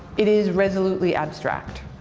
it is resolutely abstract.